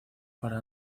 para